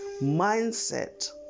Mindset